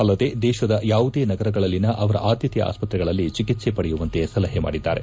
ಅಲ್ಲದೆ ದೇಶದ ಯಾವುದೇ ನಗರಗಳಲ್ಲಿನ ಅವರ ಆದ್ದತೆಯ ಆಸ್ವತ್ತೆಗಳಲ್ಲಿ ಚಿಕಿತ್ಸೆ ಪಡೆಯುವಂತೆ ಸಲಹೆ ಮಾಡಿದ್ದಾರೆ